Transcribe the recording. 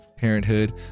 Parenthood